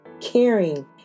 caring